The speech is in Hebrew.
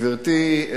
גברתי,